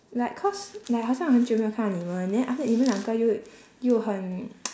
like cause like 好像很久没有看到你们 then after that 你们两个又又很